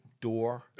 door